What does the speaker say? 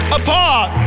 apart